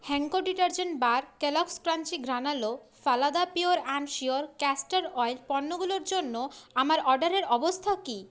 Henko detergent bar Kellogg's crunchy granola Phalada pure and sure castor oil পণ্যগুলোর জন্য আমার অর্ডারের অবস্থা কি